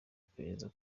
iperereza